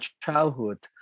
childhood